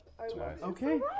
Okay